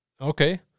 Okay